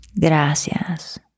Gracias